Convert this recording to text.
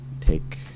take